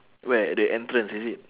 where at the entrance is it